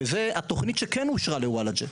וזה התוכנית שכן אושרה לוולאג'ה.